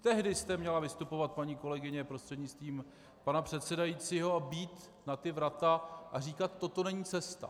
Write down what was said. Tehdy jste měla vystupovat, paní kolegyně prostřednictvím pana předsedajícího, a bít na ta vrata a říkat: Toto není cesta.